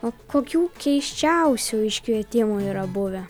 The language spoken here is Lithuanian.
o kokių keisčiausių iškvietimų yra buvę